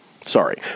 Sorry